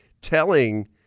telling